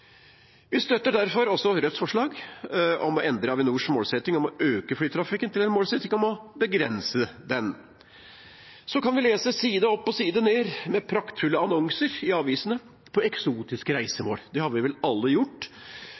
Vi støtter derfor også Rødts forslag om å endre Avinors målsetting om å øke flytrafikken til en målsetting om å begrense den. Så kan vi lese side opp og side ned med praktfulle annonser i avisene om eksotiske reisemål – det har vi vel alle gjort.